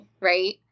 right